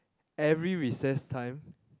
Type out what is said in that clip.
every recess time